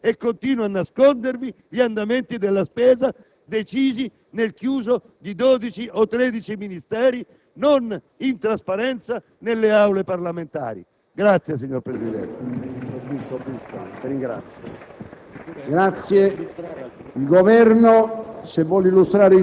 ma semplicemente perché il Governo vi ha nascosto le entrate e continua a nascondervi gli andamenti della spesa, decisi nel chiuso di dodici o tredici Ministeri e non in trasparenza nelle Aule parlamentari? *(Applausi dai Gruppi AN e